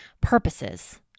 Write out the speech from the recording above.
purposes